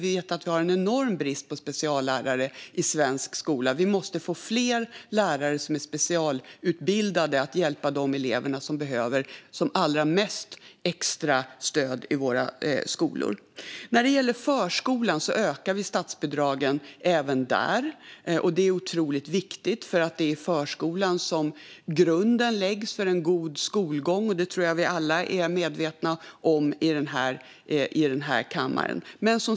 Det finns en enorm brist på speciallärare i svensk skola, och vi måste få fler lärare som är specialutbildade och som kan hjälpa de elever som allra mest behöver extrastöd i skolan. Vi ökar även statsbidragen till förskolan, vilket är otroligt viktigt. Det är ju i förskolan som grunden läggs för en god skolgång. Det tror jag att vi alla här i kammaren är medvetna om.